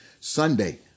Sunday